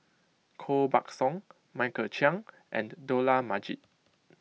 Koh Buck Song Michael Chiang and Dollah Majid